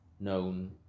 known